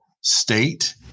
state